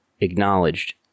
acknowledged